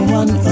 one